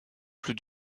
plus